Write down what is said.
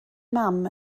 mam